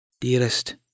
Dearest